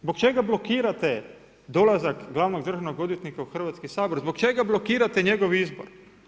Zbog čega blokirate dolazak glavnog državnog odvjetnika u Hrvatski sabor, zbog čega blokirate njegov izbor?